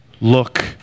Look